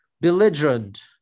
belligerent